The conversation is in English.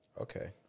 Okay